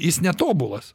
jis netobulas